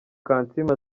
kansiime